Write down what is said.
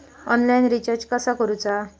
Online recharge कसा करूचा?